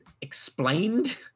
explained